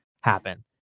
happen